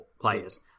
players